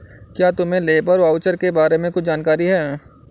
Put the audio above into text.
क्या तुम्हें labour voucher के बारे में कुछ जानकारी है?